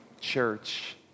church